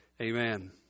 Amen